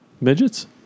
Midgets